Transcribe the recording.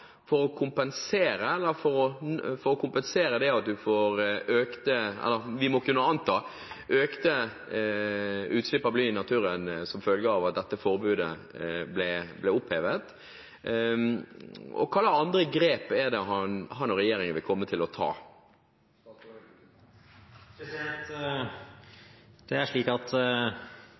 for å redusere forekomsten av bly tar statsråden og regjeringen for å kompensere for den økningen av utslipp av bly i naturen som vi må kunne anta kan skje som følge av at dette forbudet ble opphevet? Hvilke andre grep vil han og regjeringen komme til å ta? Det er slik at